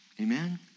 Amen